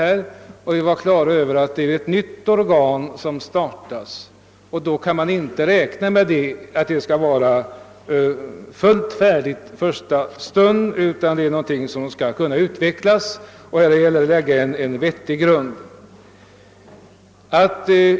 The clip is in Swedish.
Alla var på det klara med att det nya institut som skulle startas inte kunde stå fullt färdigt från första stund. Det måste utvecklas efter hand. Det gällde först och främst att lägga en god grund.